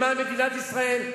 למען מדינת ישראל,